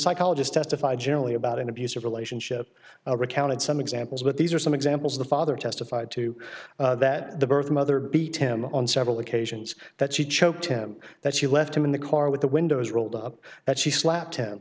psychologist testified generally about an abusive relationship recounted some examples but these are some examples the father testified to that the birth mother beat him on several occasions that she choked him that she left him in the car with the windows rolled up that she slapped him